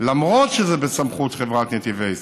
למרות שזה בסמכות חברת נתיבי ישראל.